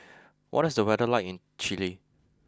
what is the weather like in Chile